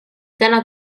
täna